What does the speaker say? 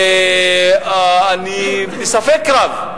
ואני בספק רב,